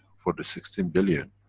for the sixteen billion.